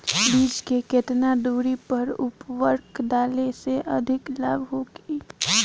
बीज के केतना दूरी पर उर्वरक डाले से अधिक लाभ होई?